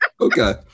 Okay